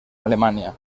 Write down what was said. alemania